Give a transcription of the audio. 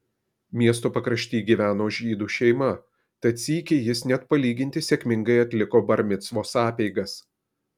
miesto pakrašty gyveno žydų šeima tad sykį jis net palyginti sėkmingai atliko bar micvos apeigas